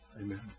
Amen